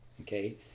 okay